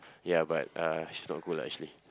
ya but uh he's not cool lah actually